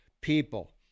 people